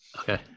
Okay